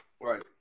right